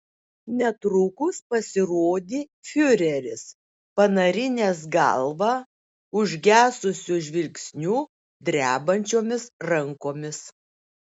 netrukus pasirodė fiureris panarinęs galvą užgesusiu žvilgsniu drebančiomis rankomis